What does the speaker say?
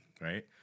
Right